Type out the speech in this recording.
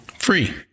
Free